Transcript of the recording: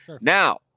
Now